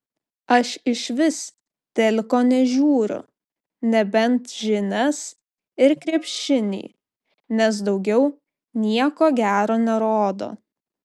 aš išvis teliko nežiūriu nebent žinias ir krepšinį nes daugiau nieko gero nerodo